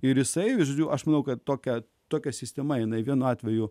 ir jisai visgi aš manau kad tokia tokia sistema jinai vienu atveju